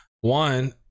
one